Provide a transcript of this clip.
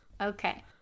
okay